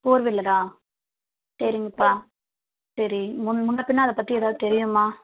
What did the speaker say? four வீலரா சரிங்கப்பா சரி முன் முன்னே பின்னே அதைப்பற்றி ஏதாவது தெரியுமா